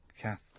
Kath